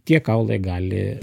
tie kaulai gali